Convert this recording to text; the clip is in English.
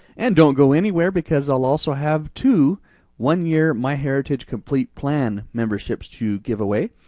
and don't go anywhere, because i'll also have two one year myheritage complete plan memberships to give away,